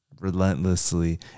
relentlessly